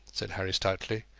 said harry, stoutly.